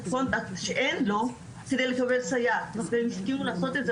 Conduct שאין לו כדי לקבל סייעת והם הסכימו לעשות את זה,